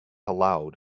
allowed